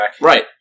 Right